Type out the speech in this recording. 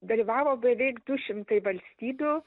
dalyvavo beveik du šimtai valstybių